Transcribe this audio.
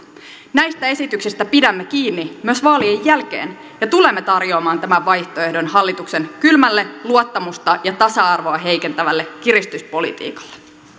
näistä esityksistä pidämme kiinni myös vaalien jälkeen ja tulemme tarjoamaan tämän vaihtoehdon hallituksen kylmälle luottamusta ja tasa arvoa heikentävälle kiristyspolitiikalle